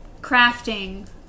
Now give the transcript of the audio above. crafting